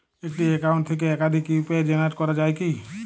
একটি অ্যাকাউন্ট থেকে একাধিক ইউ.পি.আই জেনারেট করা যায় কি?